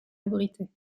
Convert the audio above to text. abritait